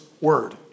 word